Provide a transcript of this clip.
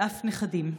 ואף נכדים.